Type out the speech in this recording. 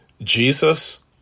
Jesus